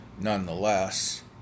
nonetheless